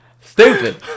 Stupid